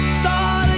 start